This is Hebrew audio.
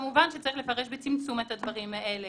כמובן שצריך לפרש בצמצום את הדברים האלה,